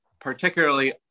particularly